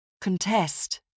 Contest